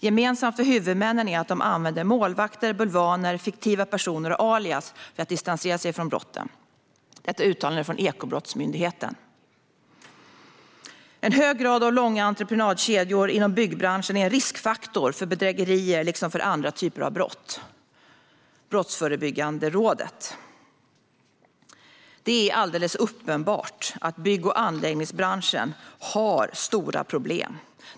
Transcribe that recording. Gemensamt för huvudmännen är att de använder målvakter, bulvaner, fiktiva personer och alias för att distansera sig från brotten. Det är ett uttalande från Ekobrottsmyndigheten. En hög grad av långa entreprenadkedjor inom byggbranschen är en riskfaktor för bedrägerier liksom för andra typer av brott. Det sägs av Brottsförebyggande rådet. Det är alldeles uppenbart att bygg och anläggningsbranschen har stora problem.